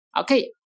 Okay